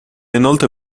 inoltre